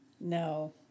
No